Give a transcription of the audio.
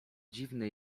dziwny